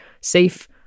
safe